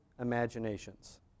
imaginations